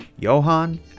Johan